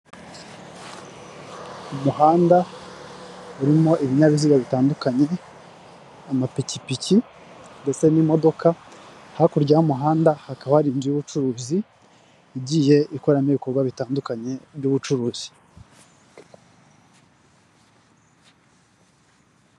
Abagabo bane harimo babiri bambaye imyenda y'umukara yambarwa n'abapolisi bo mu Rwanda hagati y'abo harimo umugabo wambaye ikanzu y'umweru n'ingofero y'umweru n'inkweto z'umukara, umeze nk'umunyabyaha ufite uruhu rwirabura bazwi nk'abazungu. Inyuma y'abo hari imodoka ifite amabara y'umweru, ubururu n'amatara y'umutuku n'ubururu impande y'imodoka hahagaze umugabo.